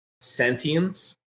sentience